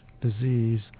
disease